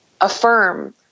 affirm